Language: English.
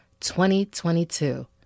2022